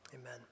amen